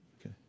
Okay